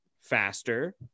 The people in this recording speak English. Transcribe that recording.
faster